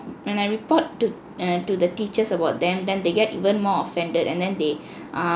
com~ when I report to err to the teachers about them then they get even more offended and then they err